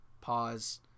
Pause